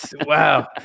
wow